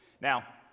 Now